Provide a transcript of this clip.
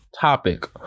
topic